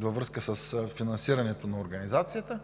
във връзка с финансирането на организацията